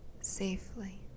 safely